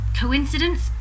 Coincidence